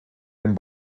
den